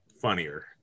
funnier